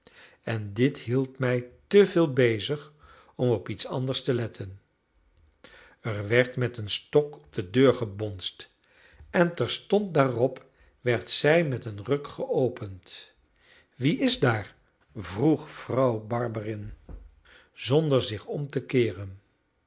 en dit hield mij te veel bezig om op iets anders te letten er werd met een stok op de deur gebonsd en terstond daarop werd zij met een ruk geopend wie is daar vroeg vrouw barberin zonder zich om te keeren